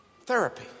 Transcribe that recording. Therapy